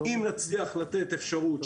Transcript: אם נצליח לתת אפשרות,